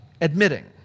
admitting